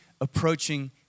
approaching